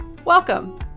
Welcome